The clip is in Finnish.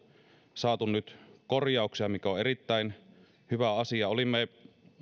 saatu nyt korjauksia mikä on erittäin hyvä asia olimme